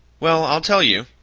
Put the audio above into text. well, i'll tell you.